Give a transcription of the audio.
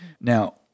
Now